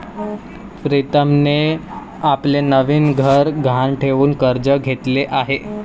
प्रीतमने आपले नवीन घर गहाण ठेवून कर्ज घेतले आहे